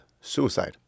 suicide